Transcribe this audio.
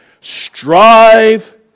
Strive